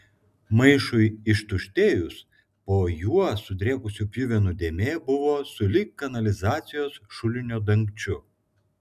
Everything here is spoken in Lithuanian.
maišui ištuštėjus po juo sudrėkusių pjuvenų dėmė buvo sulig kanalizacijos šulinio dangčiu